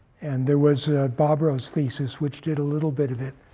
and there was but was thesis, which did a little bit of it.